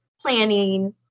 planning